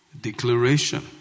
declaration